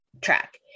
track